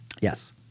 yes